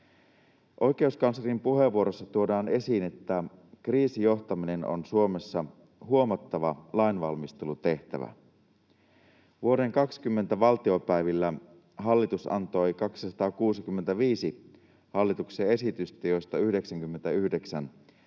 Oikeuskanslerin puheenvuorossa tuodaan esiin, että kriisijohtaminen on Suomessa huomattava lainvalmistelutehtävä. Vuoden 2020 valtiopäivillä hallitus antoi 265 hallituksen esitystä, joista 99 liittyi